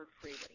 freely